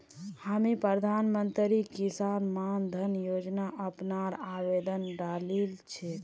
हामी प्रधानमंत्री किसान मान धन योजना अपनार आवेदन डालील छेक